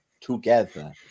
together